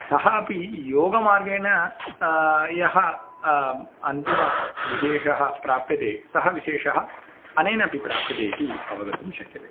सः अपि योगमार्गेण यः अन्तिमः विशेषः प्राप्यते सः विशेषः अनेनापि प्राप्यते इति अवगन्तुं शक्यते